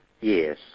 Yes